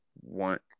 want